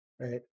Right